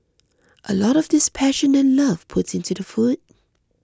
a lot of this passion and love put into the food